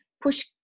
push